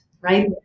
right